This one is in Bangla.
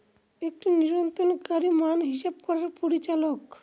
একটি নিয়ন্ত্রণকারী মান হিসাব করার পরিচালক